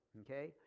okay